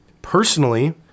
Personally